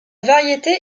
variété